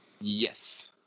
Yes